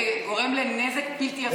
וזה גורם לנזק בלתי הפיך,